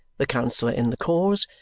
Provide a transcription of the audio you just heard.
the counsel in the cause,